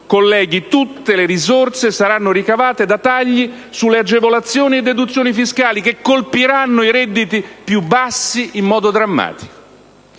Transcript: porto, tutte le risorse saranno ricavate da tagli su agevolazioni e deduzioni fiscali (che colpiranno i redditi più bassi in modo drammatico),